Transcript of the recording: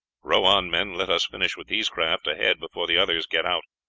row on, men let us finish with these craft ahead before the others get out.